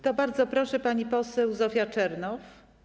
To bardzo proszę, pani poseł Zofia Czernow.